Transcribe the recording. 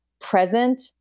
present